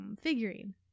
figurine